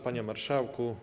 Panie Marszałku!